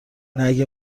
اگه